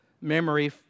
memory